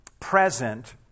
present